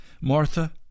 Martha